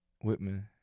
Whitman